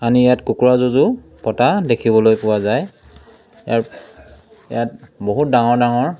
আনি ইয়াত কুকুৰা যুঁজো পতা দেখিবলৈ পোৱা যায় ইয়াৰ ইয়াত বহুত ডাঙৰ ডাঙৰ